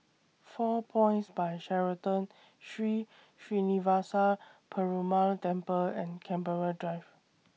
four Points By Sheraton Sri Srinivasa Perumal Temple and Canberra Drive